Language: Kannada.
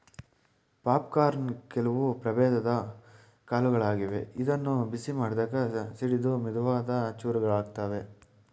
ಪಾಪ್ಕಾರ್ನ್ ಕೆಲವು ಪ್ರಭೇದದ್ ಕಾಳುಗಳಾಗಿವೆ ಇವನ್ನು ಬಿಸಿ ಮಾಡಿದಾಗ ಸಿಡಿದು ಮೆದುವಾದ ಚೂರುಗಳಾಗುತ್ವೆ